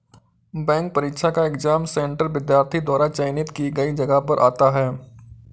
bank परीक्षा का exam centre विद्यार्थी द्वारा चयनित की गई जगह पर आता है